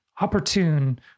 opportune